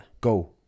go